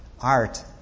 Art